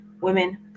women